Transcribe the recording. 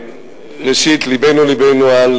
ראשית, לבנו לבנו על